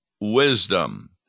wisdom